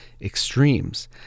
extremes